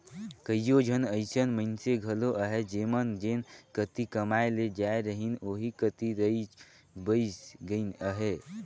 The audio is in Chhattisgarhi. कइयो झन अइसन मइनसे घलो अहें जेमन जेन कती कमाए ले जाए रहिन ओही कती रइच बइस गइन अहें